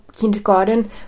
kindergarten